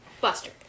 Buster